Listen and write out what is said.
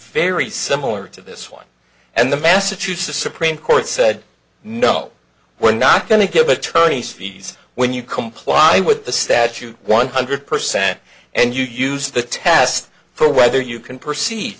very similar to this one and the massachusetts supreme court said no we're not going to give attorneys fees when you comply with the statute one hundred percent and you use the test for whether you can proce